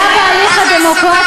מה העניין הזה של ההסתה כל יום?